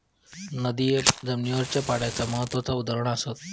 नदिये जमिनीवरच्या पाण्याचा महत्त्वाचा उदाहरण असत